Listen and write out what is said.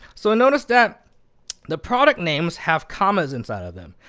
so notice that the product names have commas inside of them.